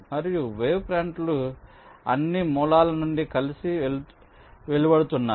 మరియు వేవ్ ఫ్రంట్లు అన్ని మూలాల నుండి కలిసి వెలువడుతున్నాయి